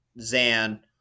Zan